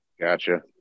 Gotcha